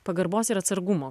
pagarbos ir atsargumo